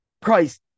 price